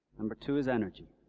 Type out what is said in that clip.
number two is energy,